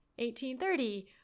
1830